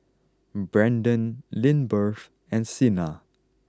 Brandon Lindbergh and Sina